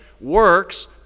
works